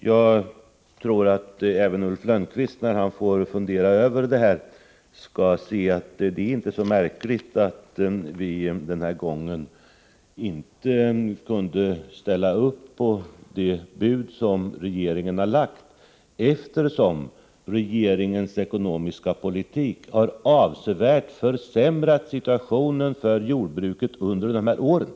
Jag tror att även Ulf Lönnqvist, när han får fundera över det här, skall se att det inte är så märkligt att vi den här gången inte kunde ställa upp för det bud som regeringen har lagt fram, eftersom regeringens ekonomiska politik har avsevärt försämrat situationen för jordbruket under de senaste åren.